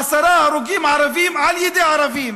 עשרה הרוגים ערבים על ידי ערבים